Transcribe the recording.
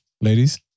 Ladies